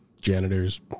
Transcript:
janitors